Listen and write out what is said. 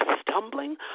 stumbling